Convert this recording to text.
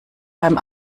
beim